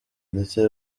ndetse